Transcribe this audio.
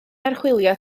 archwilio